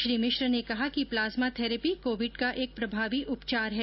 श्री मिश्र ने कहा कि प्लाज्मा थेरेपी कोविड का एक प्रभावी उपचार है